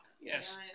Yes